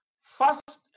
First